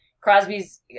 Crosby's